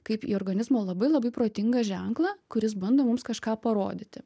kaip į organizmo labai labai protingą ženklą kuris bando mums kažką parodyti